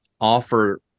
offer